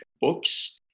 books